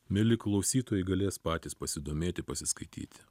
mieli klausytojai galės patys pasidomėti pasiskaityti